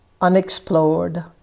unexplored